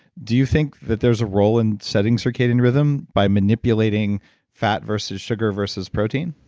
do you think that there's a role in setting circadian rhythm by manipulating fat versus sugar versus protein?